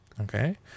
Okay